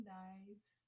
nice